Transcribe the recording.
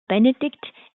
benedikt